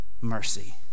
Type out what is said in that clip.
mercy